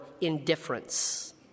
indifference